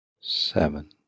seven